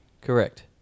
Correct